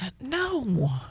No